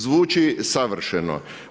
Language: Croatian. Zvuči savršeno.